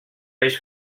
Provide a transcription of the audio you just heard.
peix